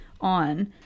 on